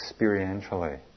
experientially